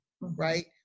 right